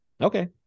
okay